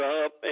up